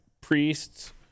priests